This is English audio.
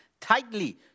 tightly